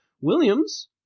Williams